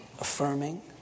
affirming